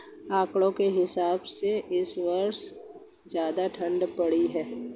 आंकड़ों के हिसाब से इस वर्ष ज्यादा ठण्ड पड़ी है